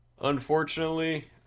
unfortunately